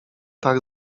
tak